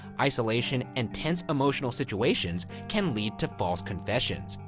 isolation, and tense emotional situations, can lead to false confessions.